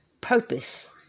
purpose